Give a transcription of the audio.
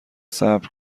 صبر